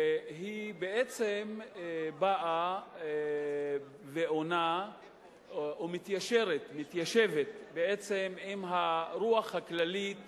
והיא בעצם באה ועונה ומתיישבת עם הרוח הכללית